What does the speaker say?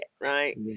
right